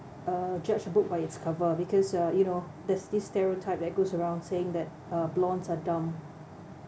uh judge a book by its cover because uh you know there's this stereotype that goes around saying that uh blondes are dumb